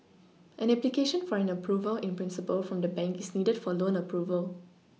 an application for an Approval in Principle from the bank is needed for loan Approval